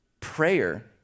Prayer